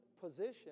position